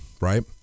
right